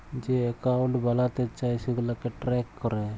যে একাউল্ট বালাতে চায় সেগুলাকে ট্র্যাক ক্যরে